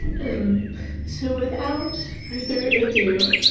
um so without further ado